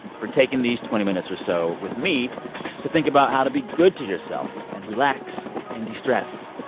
for taking these twenty minutes or so with me to think about how to be good to yourself and relax and destress.